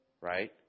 right